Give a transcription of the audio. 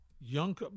young